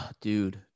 Dude